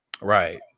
Right